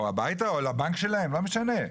או הביתה או לבנק שלהם, לא משנה.